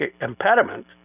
impediment